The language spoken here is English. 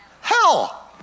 hell